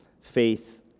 Faith